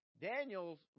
Daniel's